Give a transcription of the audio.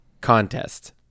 contest